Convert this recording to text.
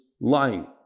lying